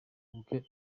ubwe